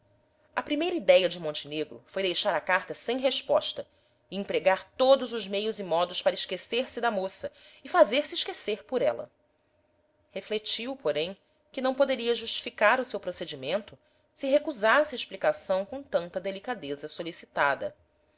a primeira idéia de montenegro foi deixar a carta sem resposta e empregar todos os meios e modos para esquecer-se da moça e fazer-se esquecer por ela refletiu porém que não poderia justificar o seu procedimento se recusasse a explicação com tanta delicadeza solicitada